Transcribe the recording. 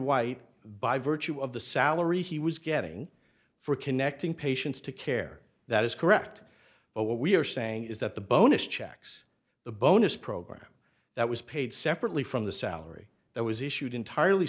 white by virtue of the salary he was getting for connecting patients to care that is correct but what we are saying is that the bonus checks the bonus program that was paid separately from the salary that was issued entirely